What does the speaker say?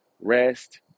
Rest